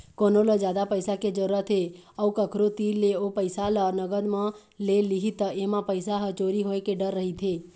कोनो ल जादा पइसा के जरूरत हे अउ कखरो तीर ले ओ पइसा ल नगद म ले लिही त एमा पइसा ह चोरी होए के डर रहिथे